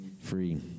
free